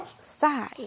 side